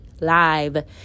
live